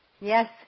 Yes